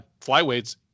flyweights